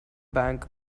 bank